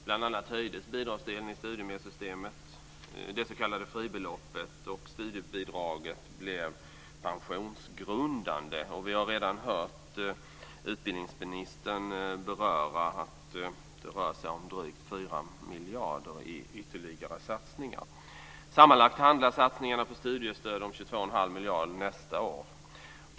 Bl.a. höjdes bidragsdelen i studiemedelssystemet, det s.k. fribeloppet, och studiebidraget blev pensionsgrundande. Vi har redan hört utbildningsministern beröra att det rör sig om drygt 4 miljarder i ytterligare satsningar. Sammanlagt handlar satsningarna på studiestöd om 22 1⁄2 miljard nästa år.